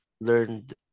learned